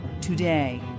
today